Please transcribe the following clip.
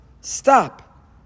stop